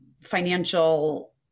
financial